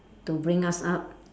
to bring us up